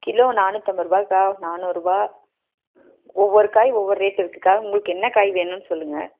kilo நானூற்றம்பது ரூபாய்க்கா நானூறுரூபா ஒவ்வொரு காய் ஒவ்வொரு ரேட் இருக்குதுக்கா உங்களுக்கு என்ன காய் வேணும்னு சொல்லுங்கள்